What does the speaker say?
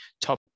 top